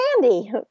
candy